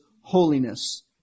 holiness